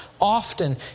often